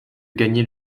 gagner